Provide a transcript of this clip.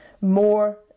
More